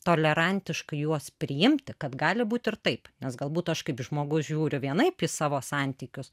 tolerantiškai juos priimti kad gali būti ir taip nes galbūt aš kaip žmogus žiūriu vienaip į savo santykius